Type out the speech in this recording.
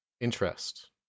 interest